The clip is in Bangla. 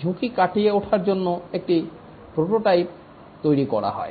ঝুঁকি কাটিয়ে ওঠার জন্য একটি প্রোটোটাইপ তৈরি করা হয়